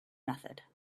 method